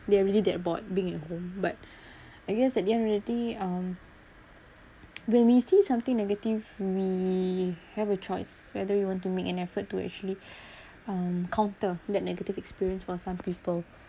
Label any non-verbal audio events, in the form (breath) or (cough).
they're really that bored being at home but (breath) I guess at the end of the day um (noise) when we see something negative we have a choice whether you want to make an effort to actually (breath) um counter that negative experience for some people